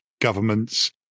governments